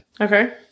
Okay